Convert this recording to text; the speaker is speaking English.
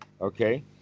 okay